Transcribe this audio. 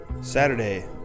Saturday